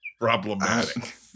problematic